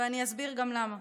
ואני אסביר גם למה.